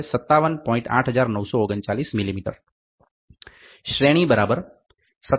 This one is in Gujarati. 8939 mm શ્રેણી 57